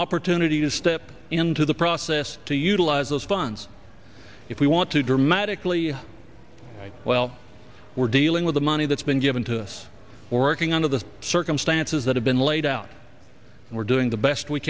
opportunity to step into the process to utilize those funds if we want to dramatically well we're dealing with the money that's been given to us working under the circumstances that have been laid out and we're doing the best we